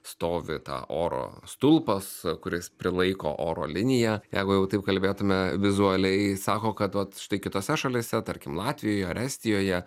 stovi ta oro stulpas kuris prilaiko oro liniją jeigu jau taip kalbėtume vizualiai sako kad vat štai kitose šalyse tarkim latvijoj ar estijoje